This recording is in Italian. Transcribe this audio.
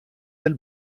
del